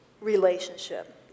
relationship